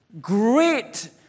great